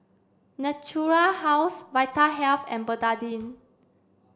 Natura House Vitahealth and Betadine